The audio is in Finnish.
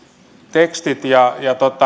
tekstit ja